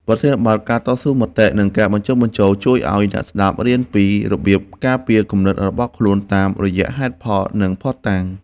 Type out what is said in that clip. ប្រធានបទ ការតស៊ូមតិ និងការបញ្ចុះបញ្ចូល ជួយឱ្យអ្នកស្ដាប់រៀនពីរបៀបការពារគំនិតរបស់ខ្លួនតាមរយៈហេតុផល និងភស្តុតាង។